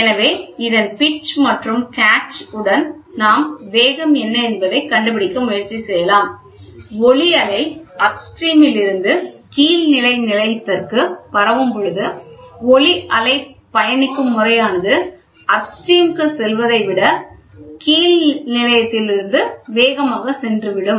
எனவே பீச் மற்றும் பிடிப்பு உடன் நாம் வேகம் என்ன என்பதைக் கண்டுபிடிக்க முயற்சி செய்யலாம் ஒலி அலை அப்ஸ்ட்ரீமில் இருந்து கீழ்நிலை நிலையத்திற்கு பரவும்பொழுது ஒலி அலை பயணிக்கும் முறையானது அப்ஸ்ட்ரீமுக்கு செல்வதை விட கீழ் நிலையத்திற்கு வேகமாக சென்று விடும்